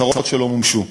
הצהרות שלא מומשו.